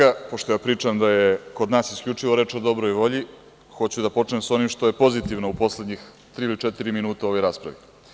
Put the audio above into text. Pa, pre svega, pošto ja pričam da je kod nas isključivo reč o dobroj volji, hoću da počnem sa ovim što je pozitivno u poslednjih tri ili četiri minuta u ovoj raspravi.